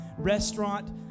restaurant